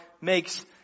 makes